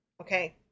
Okay